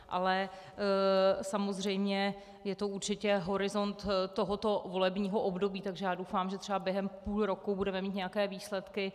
Ale samozřejmě je to určitě horizont tohoto volebního období, takže doufám, že třeba během půl roku budeme mít nějaké výsledky.